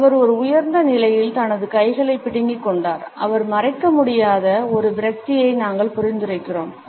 அவர் ஒரு உயர்ந்த நிலையில் தனது கைகளை பிடுங்கிக் கொண்டார் அவர் மறைக்க முடியாத ஒரு விரக்தியை நாங்கள் பரிந்துரைக்கிறோம்